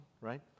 right